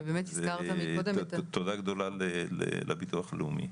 ובאמת הזכרת מקודם --- ותודה גדולה לביטוח הלאומי.